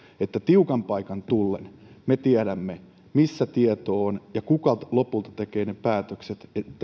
että tiukan paikan tullen me tiedämme missä tieto on ja kuka lopulta tekee päätökset